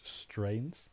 strains